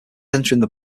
entering